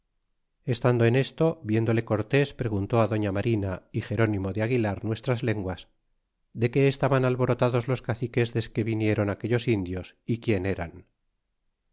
estando en esto viéndole cortés preguntó á doña marina é gerónimo de aguilar nuestras lenguas de qué estaban alborotados los caciques desque vinieron aquellos indios e quién eran